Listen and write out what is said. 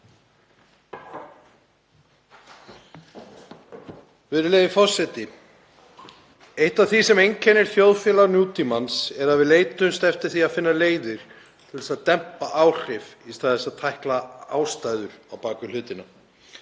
Virðulegi forseti. Eitt af því sem einkennir þjóðfélag nútímans er að við leitumst eftir því að finna leiðir til þess að dempa áhrif í stað þess að tækla ástæður á bak við hlutina.